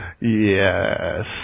Yes